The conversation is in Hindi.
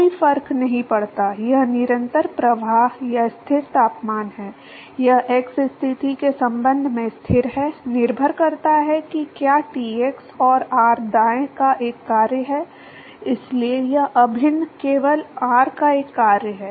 कोई फर्क नहीं पड़ता यह निरंतर प्रवाह या स्थिर तापमान है यह x स्थिति के संबंध में स्थिर है निर्भर करता है कि क्या T x और r दाएं का एक कार्य है इसलिए यह अभिन्न केवल r का एक कार्य है